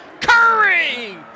Curry